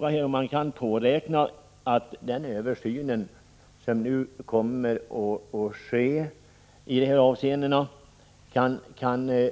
Kan man påräkna att den översyn som nu skall ske kommer